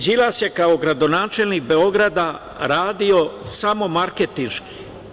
Đilas je kao gradonačelnik Beograda radio samo marketinški.